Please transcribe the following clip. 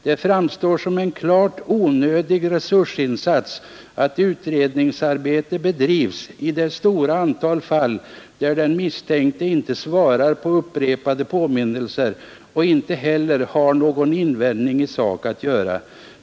Det framstår som en klart onödig resursinsats att utredningsarbete bedrivs i det stora antal fall där den misstänkte inte svarar på upprepade påminnelser och inte heller har någon invändning i sak att göra.